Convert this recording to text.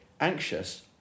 anxious